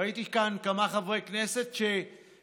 ראיתי כאן כמה חברי כנסת שיצאו,